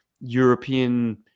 European